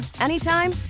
anytime